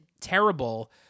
terrible